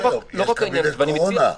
יש קבינט קורונה.